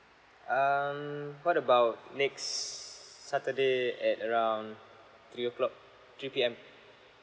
um what about next saturday at around three o'clock three P_M